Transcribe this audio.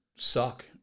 Suck